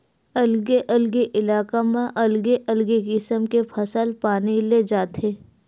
अलगे अलगे इलाका म अलगे अलगे किसम के फसल पानी ले जाथे